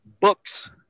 books